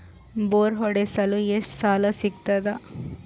Bore ಹೊಡೆಸಲು ಎಷ್ಟು ಸಾಲ ಸಿಗತದ?